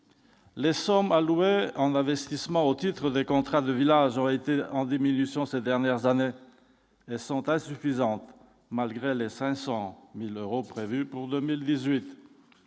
laissant mal, ouais, en investissement au titre des contrats de villageois était en diminution ces dernières années, laissant insuffisante, malgré les 500000 euros prévus pour 2018